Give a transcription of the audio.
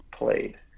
played